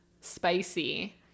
spicy